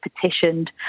petitioned